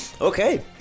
Okay